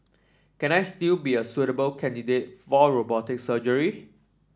can I still be a suitable candidate for robotic surgery